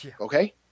Okay